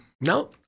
No